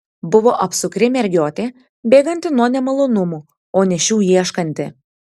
buvo apsukri mergiotė bėganti nuo nemalonumų o ne šių ieškanti